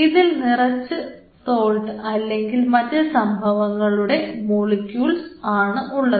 അതിൽ നിറച്ചു സോൾട്ട് അല്ലെങ്കിൽ മറ്റ് സംഭവങ്ങളുടെ മോളിക്യൂൾസ് ആണ് ഉള്ളത്